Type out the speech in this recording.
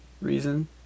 reason